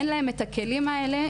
אין להם את הכלים האלה,